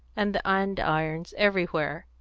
and the andirons everywhere,